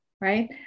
right